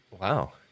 Wow